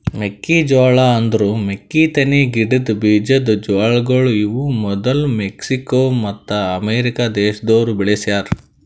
ಮೆಕ್ಕಿ ಜೋಳ ಅಂದುರ್ ಮೆಕ್ಕಿತೆನಿ ಗಿಡದ್ ಬೀಜದ್ ಜೋಳಗೊಳ್ ಇವು ಮದುಲ್ ಮೆಕ್ಸಿಕೋ ಮತ್ತ ಅಮೇರಿಕ ದೇಶದೋರ್ ಬೆಳಿಸ್ಯಾ ರ